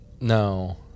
no